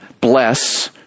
bless